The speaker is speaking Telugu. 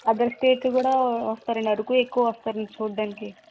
అదర్ స్టేట్ కూడా వస్తారండి అరకు ఎక్కువ వస్తారండి చూడ్డానికి